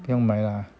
不用买啦